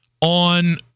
on